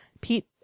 Pete